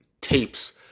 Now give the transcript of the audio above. tapes